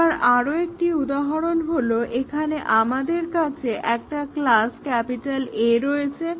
এবার আরো একটি উদাহরণ হলো এখানে আমাদের কাছে একটা ক্লাস A রয়েছে